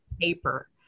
Paper